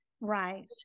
Right